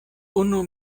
unu